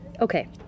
okay